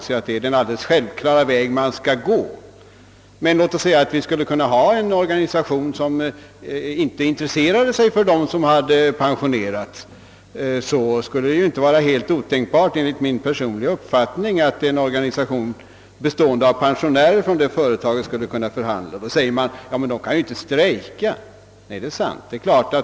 Om en organisation emellertid inte intresserar sig för dem som redan har pensionerats är det enligt min personliga uppfattning inte helt otänkbart att en organisation bestående av pensionärer skulle kunna förhandla. Då invänder man: Men de kan ju inte strejka. Det är sant.